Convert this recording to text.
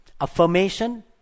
affirmation